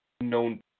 Known